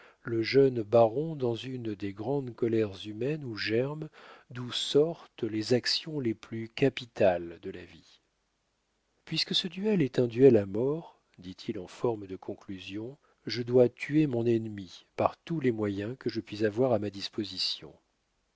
le jeune baron dans une des grandes colères humaines où germent d'où sortent les actions les plus capitales de la vie puisque ce duel est un duel à mort dit-il en forme de conclusion je dois tuer mon ennemi par tous les moyens que je puis avoir à ma disposition